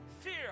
Fear